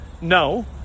No